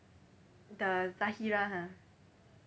the zahirah ha